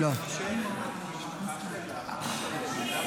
שמתם לב שהמשפחה הלכה?